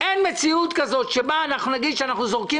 אין מציאות כזאת שבה נגיד שאנחנו זורקים